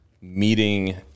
meeting